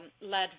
led